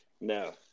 No